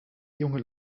junge